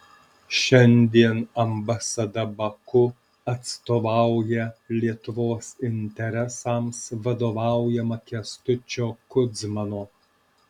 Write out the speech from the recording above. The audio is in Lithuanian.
šiandien ambasada baku atstovauja lietuvos interesams vadovaujama kęstučio kudzmano